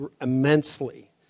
immensely